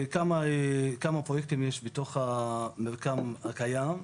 כמה פרויקטים יש בתוך המרקם הקיים,